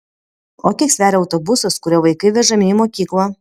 o kiek sveria autobusas kuriuo vaikai vežami į mokyklą